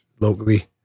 locally